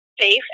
safe